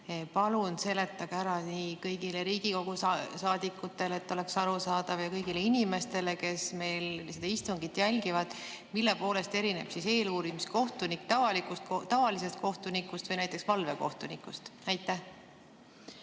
Palun seletage ära nii kõigile Riigikogu saadikutele, et neile oleks arusaadav, kui ka kõigile inimestele, kes seda istungit jälgivad, mille poolest erineb eeluurimiskohtunik tavalisest kohtunikust või näiteks valvekohtunikust. Aitäh,